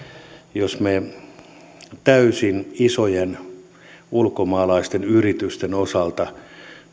jos me isojen täysin ulkomaalaisten yritysten osalta